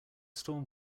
storm